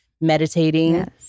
meditating